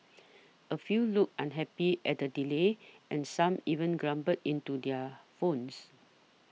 a few looked unhappy at the delay and some even grumbled into their phones